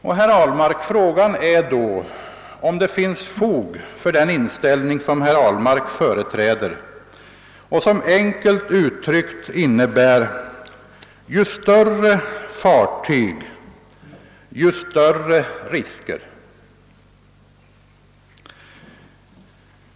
Frågan är då, herr Ahlmark, om det finns fog för den inställning som herr Ahlmark företräder och som enkelt uttryckt innebär: ju större fartyg, desto större risker.